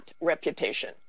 reputation